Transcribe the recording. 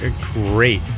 great